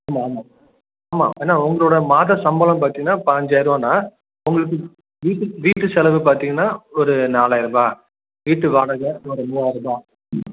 ஆமாம் ஆமாம் ஆமாம் ஏன்னா உங்களோட மாத சம்பளம் பார்த்தீங்கன்னா பைஞ்சாயருவான்னா உங்களுக்கு வீட்டு வீட்டு செலவு பார்த்தீங்கன்னா ஒரு நாலாயரூபா வீட்டு வாடகை ஒரு மூவாயரூபா